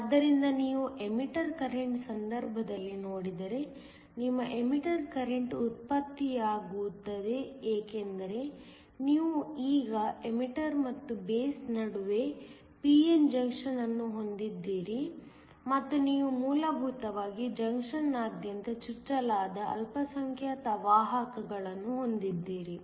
ಆದ್ದರಿಂದ ನೀವು emitter current ಸಂದರ್ಭದಲ್ಲಿ ನೋಡಿದರೆ ನಿಮ್ಮ ಎಮಿಟರ್ ಕರೆಂಟ್ ಉತ್ಪತ್ತಿಯಾಗುತ್ತದೆ ಏಕೆಂದರೆ ನೀವು ಈಗ ಎಮಿಟರ್ ಮತ್ತು ಬೇಸ್ ನಡುವೆ p n ಜಂಕ್ಷನ್ ಅನ್ನು ಹೊಂದಿದ್ದೀರಿ ಮತ್ತು ನೀವು ಮೂಲಭೂತವಾಗಿ ಜಂಕ್ಷನ್ನಾದ್ಯಂತ ಚುಚ್ಚಲಾದ ಅಲ್ಪಸಂಖ್ಯಾತ ವಾಹಕಗಳನ್ನು ಹೊಂದಿದ್ದೀರಿ